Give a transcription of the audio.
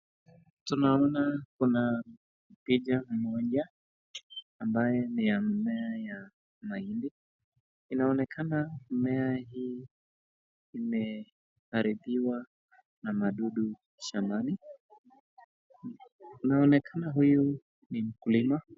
Tunaona kuna picha moja, ambayo ni ya mmea ya mahindi. Inaonekana mmea hii, imeharibiwa na wadudu shambani. Inaonekana huyu ni mkulima.